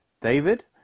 David